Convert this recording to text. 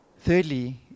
Thirdly